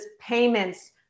payments